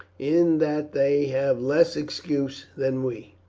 in that they have less excuse than we.